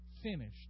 finished